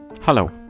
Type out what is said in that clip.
hello